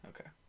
Okay